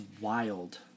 wild